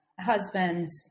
husband's